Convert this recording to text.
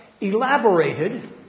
elaborated